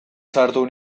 sartu